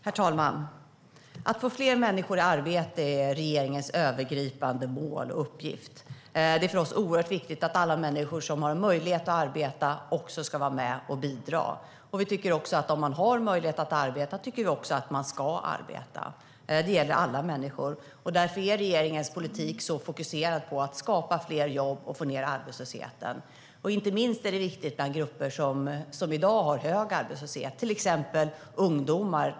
Herr talman! Att få fler människor i arbete är regeringens övergripande mål och uppgift. Det är för oss oerhört viktigt att alla människor som har möjlighet att arbeta ska vara med och bidra. Har man möjlighet att arbeta ska man arbeta. Det gäller alla människor. Därför är regeringens politik så fokuserad på att skapa fler jobb och få ned arbetslösheten. Inte minst är detta viktigt för grupper som har hög arbetslöshet, till exempel ungdomar.